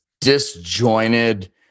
disjointed